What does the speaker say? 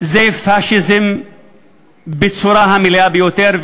זה פאשיזם בצורה המלאה ביותר,